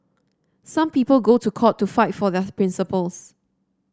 some people go to court to fight for their principles